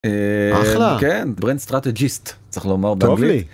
כן ברן סטראטג'יסט צריך לומר באנגלית.